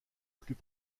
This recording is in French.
plus